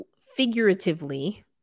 figuratively